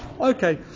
Okay